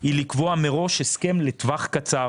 היא לקבוע מראש הסכם לטווח קצר,